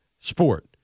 sport